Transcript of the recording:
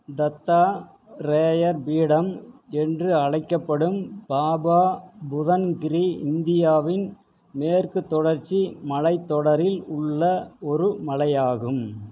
தத்தா ரேயர் பீடம் என்று அழைக்கப்படும் பாபா புதன் கிரி இந்தியாவின் மேற்குத் தொடர்ச்சி மலைத்தொடரில் உள்ள ஒரு மலையாகும்